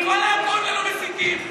את גזענית שאת אוכלת רק מילקי עם קצפת למעלה,